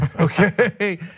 okay